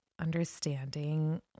understanding